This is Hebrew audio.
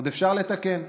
עוד אפשר לתקן,